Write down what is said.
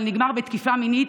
אבל זה נגמר בתקיפה מינית.